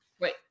wait